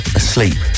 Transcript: asleep